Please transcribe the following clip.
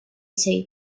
said